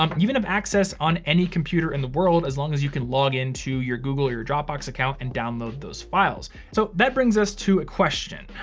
um even have access on any computer in the world as long as you can log into your google or your dropbox account and download those files. so that brings us to a question,